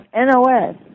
NOS